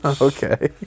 Okay